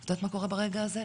את יודעת מה קורה ברגע הזה,